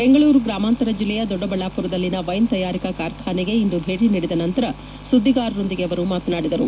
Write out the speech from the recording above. ಬೆಂಗಳೂರು ಗ್ರಾಮಾಂತರ ಜಿಲ್ಲೆಯ ದೊಡ್ಡಬಳ್ಳಾಪುರದಲ್ಲಿನ ವೈನ್ ತಯಾರಿಕಾ ಕಾರ್ಖಾನೆಗೆ ಇಂದು ಭೇಟ ನೀಡಿದ ನಂತರ ಸುದ್ದಿಗಾರರೊಂದಿಗೆ ಮಾತನಾಡಿದರು